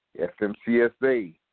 FMCSA